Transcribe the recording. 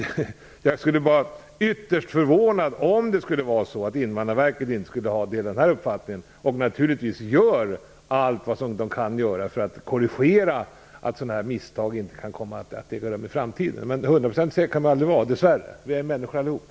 Jag skulle vara ytterst förvånad om Invandrarverket inte delade den uppfattningen. Naturligtvis gör de allt de kan göra för att korrigera, så att sådana här misstag inte kan äga rum i framtiden. Hundraprocentigt säker kan man aldrig vara, dess värre. Vi är människor allihop.